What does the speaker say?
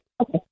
okay